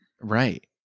Right